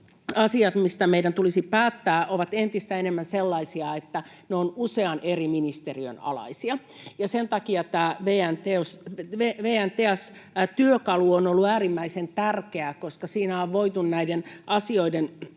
asiat, mistä meidän tulisi päättää, ovat entistä enemmän sellaisia, että ne ovat usean eri ministeriön alaisia, ja sen takia tämä VN TEAS ‑työkalu on ollut äärimmäisen tärkeä, koska siinä on voitu näiden asioiden